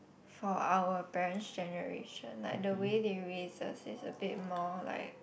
for our parents' generation like the way they raise us is a bit more like